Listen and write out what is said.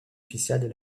officielles